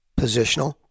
Positional